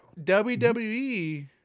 WWE